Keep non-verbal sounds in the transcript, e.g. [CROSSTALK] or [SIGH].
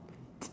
[NOISE]